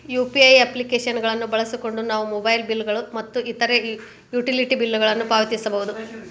UPI application ಗಳನ್ನು ಬಳಸಿಕೊಂಡು ನಾವು ಮೊಬೈಲ್ ಬಿಲ್ ಗಳು ಮತ್ತು ಇತರ ಯುಟಿಲಿಟಿ ಬಿಲ್ ಗಳನ್ನು ಪಾವತಿಸಬಹುದು